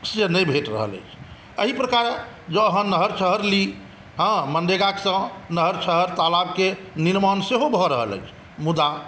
से नहि भेट रहल अछि एहि प्रकारे जँ अहाँ नहर सहर ली हँ मनरेगासॅं नहर सहर तालाबक निर्माण सेहो भऽ रहल अछि मुदा